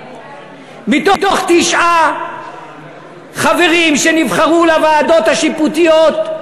מתוך תשעה חברים שנבחרו לוועדות השיפוטיות,